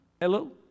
Hello